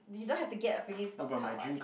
you don't have to get a freaking sports car [what]